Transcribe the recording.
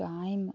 time